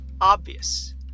obvious